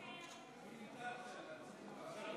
ההערה האינטליגנטית שלך.